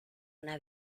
una